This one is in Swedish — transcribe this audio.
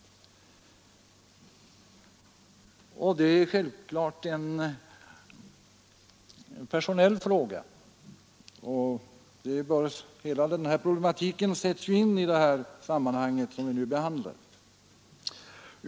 Det är självklart en personell fråga, och hela den problematiken kommer in i detta sammanhang.